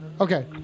Okay